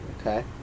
Okay